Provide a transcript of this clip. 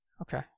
Okay